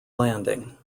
landing